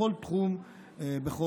בכל תחום שהוא.